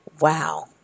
Wow